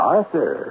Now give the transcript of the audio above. Arthur